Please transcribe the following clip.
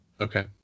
Okay